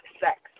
sex